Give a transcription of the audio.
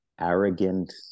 arrogant